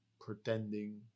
pretending